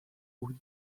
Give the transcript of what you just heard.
who